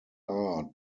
are